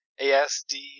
ASD